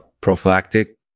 prophylactic